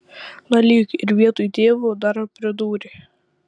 na lyg ir vietoj tėvo dar pridūrė